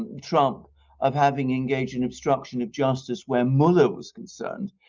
and trump of having engaged in obstruction of justice where mueller was concerned.